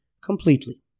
completely